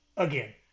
Again